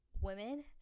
women